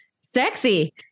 Sexy